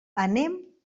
anem